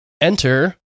Enter